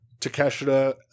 Takeshita